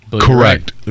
Correct